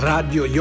Radio